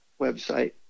website